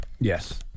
Yes